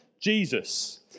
Jesus